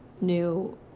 new